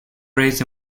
raised